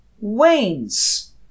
wanes